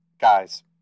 Guys